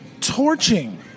torching